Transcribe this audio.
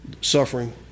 suffering